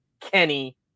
Kenny